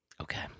Okay